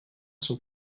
son